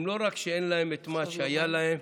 לא רק שאין להם את מה שהיה להם,